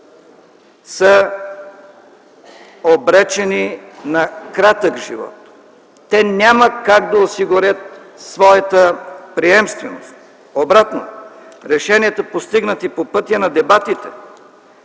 са обречени на кратък живот. Те няма как да осигурят своята приемственост. Обратно, решенията, постигнати по пътя на дебатите,